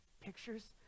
pictures